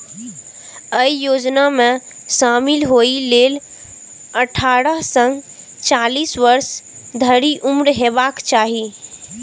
अय योजना मे शामिल होइ लेल अट्ठारह सं चालीस वर्ष धरि उम्र हेबाक चाही